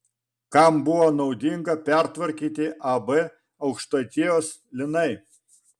kam buvo naudinga pertvarkyti ab aukštaitijos linai